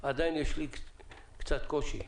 עדיין יש לי קצת קושי,